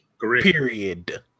Period